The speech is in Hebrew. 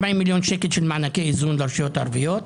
מיליון שקלים של מענקי האיזון לרשויות הערביות,